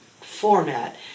format